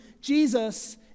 Jesus